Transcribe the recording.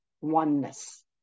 oneness